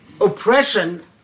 oppression